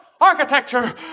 architecture